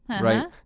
right